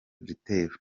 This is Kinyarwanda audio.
gitero